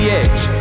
edge